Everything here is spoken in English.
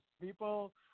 people